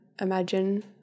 imagine